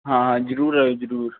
आं जरूर जरूर